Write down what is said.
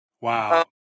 Wow